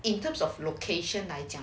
in terms of location 来讲